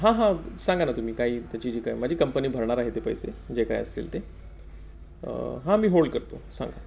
हां हां सांगा ना तुम्ही काही त्याची जी काय माझी कंपनी भरणार आहे ते पैसे जे काय असतील ते हां मी होल्ड करतो सांगा